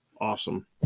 awesome